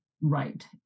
right